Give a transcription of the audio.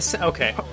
Okay